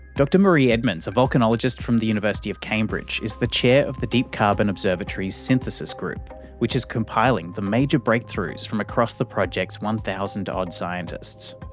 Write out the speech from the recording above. dr marie edmonds, a volcanologist from the university of cambridge, is the chair of the deep carbon observatory's synthesis group which is compiling the major breakthroughs from across the project's one thousand odd scientists.